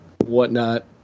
whatnot